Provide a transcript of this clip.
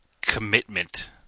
commitment